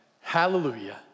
hallelujah